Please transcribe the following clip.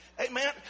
Amen